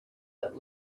that